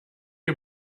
you